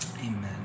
Amen